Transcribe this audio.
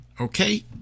okay